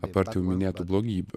apart jau minėtų blogybių